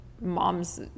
moms